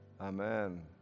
Amen